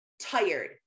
tired